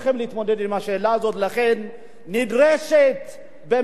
לכן נדרשת באמת חקיקה ברורה,